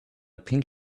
pink